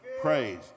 praise